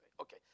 Okay